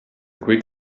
quick